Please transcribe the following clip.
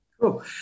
Cool